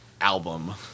album